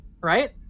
right